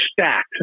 stacked